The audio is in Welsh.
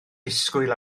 disgwyl